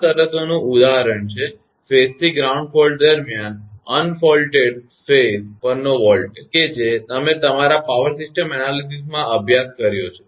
આ શરતોનું ઉદાહરણ છે ફેઝ થી ગ્રાઉન્ડ ફોલ્ટ દરમિયાન અન્ફોલ્ટેડ ફેઝ્સ પરનો વોલ્ટેજ કે જે તમે તમારા પાવર સિસ્ટમ એનાલીસીસમાં અભ્યાસ કર્યો છે